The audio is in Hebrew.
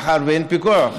ומאחר שאין פיקוח,